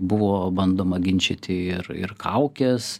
buvo bandoma ginčyti ir ir kaukes